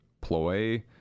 ploy